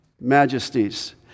majesties